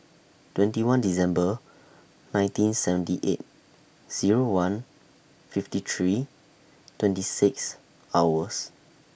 twenty one December nineteen seventy eight Zero one fifty three twenty six hours